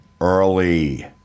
early